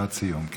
משפט סיום.